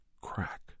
crack